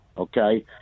Okay